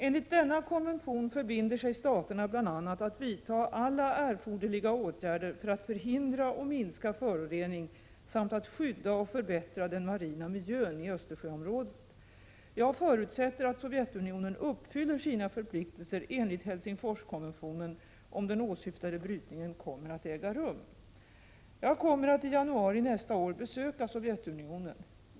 Enligt denna konvention förbinder sig staterna bl.a. att vidta alla erforderliga åtgärder för att förhindra och minska förorening samt att skydda och förbättra den marina miljön i Östersjöområdet. Jag förutsätter att Sovjetunionen uppfyller sina förpliktelser enligt Helsingforskonventionen om den åsyftade brytningen kommer att äga rum. Jag kommer att i januari nästa år besöka Sovjetunionen.